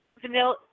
vanilla